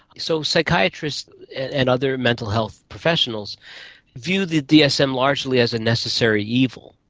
so psychiatrists and other mental health professionals view the dsm largely as a necessary evil,